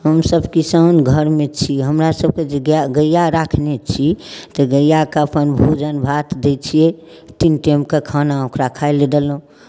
हमसभ किसान घरमे छी हमरासभके जे गाय गैआ रखने छी तऽ गैआके अपन भोजन भात दै छियै तीन टाइमके खाना ओकरा खाय लेल देलहुँ